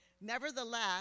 Nevertheless